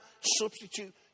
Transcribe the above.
substitute